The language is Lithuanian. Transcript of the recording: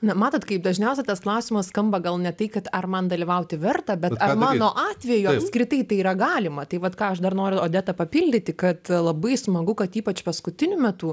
na matot kaip dažniausia tas klausimas skamba gal ne tai kad ar man dalyvauti verta bet ar mano atveju apskritai tai yra galima tai vat ką aš dar noriu odetą papildyti kad labai smagu kad ypač paskutiniu metu